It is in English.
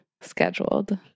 scheduled